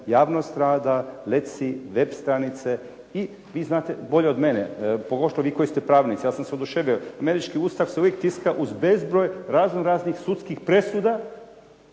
javnost rada, leci, web stranice i vi znate bolje od mene pogotovo vi koji ste pravnici. Ja sam se oduševio. Američki Ustav se uvijek tiska uz bezbroj razno raznih sudskih presuda